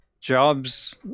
jobs